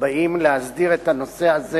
באים להסדיר את הנושא הזה,